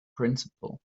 principle